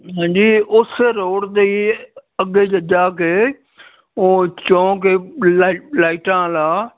ਹਾਂਜੀ ਉਸ ਰੋਡ 'ਤੇ ਅੱਗੇ ਜਾ ਕੇ ਉਹ ਚੌਂਕ ਲਾਈਟਾਂ ਵਾਲਾ